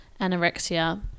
anorexia